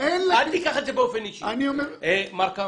אני לא סומך עליך.